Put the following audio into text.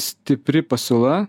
stipri pasiūla